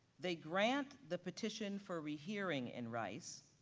they grant the petition for rehearing in rice